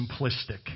simplistic